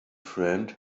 friend